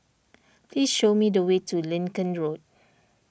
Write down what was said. please show me the way to Lincoln Road